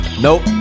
Nope